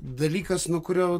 dalykas nuo kurio